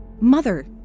Mother